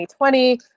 2020